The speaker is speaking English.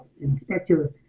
inspector